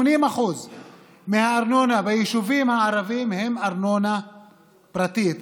80% מהארנונה ביישובים הערביים הם ארנונה פרטית,